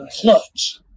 clutch